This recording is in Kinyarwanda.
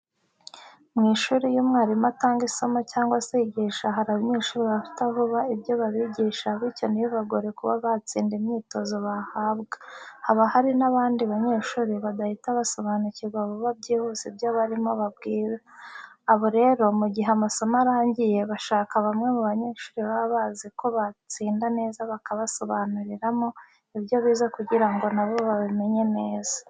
Mu ishuri iyo umwarimu atanga isomo cyangwa se yigisha hari abanyeshuri bafata vuba ibyo babigisha bityo ntibibagore kuba batsinda imyitizo bahabwa, haba hari n'abandi banyeshuri badahita basobanukirwa vuba byihuse ibyo barimo bababwira. Abo rero mu gihe amasomo arangiye bashaka bamwe mu banyeshuri baba baziko batsinda neza bakabasubiriramo ibyo bize kugira ngo na bo babimenye neza.